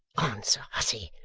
answer, hussy!